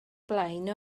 blaen